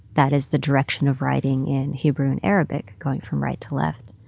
that is the direction of writing in hebrew and arabic, going from right to left